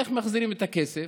איך מחזירים את הכסף?